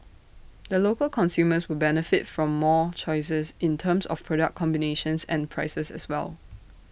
the local consumers will benefit from more choice in terms of product combinations and prices as well